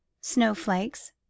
Snowflakes